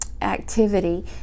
activity